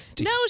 No